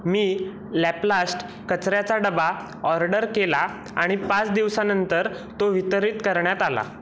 मी लॅपलाश्ट कचऱ्याचा डबा ऑर्डर केला आणि पाच दिवसानंतर तो वितरित करण्यात आला